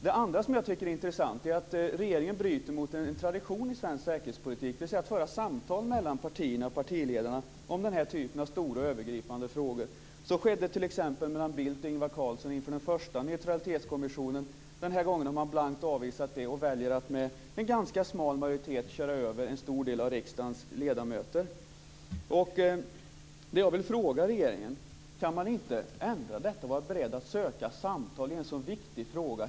Det andra som jag tycker är intressant är att regeringen bryter mot en tradition i svensk säkerhetspolitik, dvs. att föra samtal mellan partierna och partiledarna om den här typen av stora och övergripande frågor. Så skedde t.ex. mellan Bildt och Ingvar Carlsson inför den första neutralitetskommissionen. Den här gången har man blankt avvisat det, och väljer att med en ganska smal majoritet köra över en stor del av riksdagens ledamöter. Jag vill fråga regeringen: Kan man inte ändra detta, och vara beredd att söka samtal i en sådan viktig fråga?